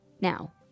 Now